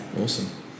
Awesome